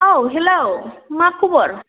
औ हेलौ मा खबर